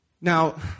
now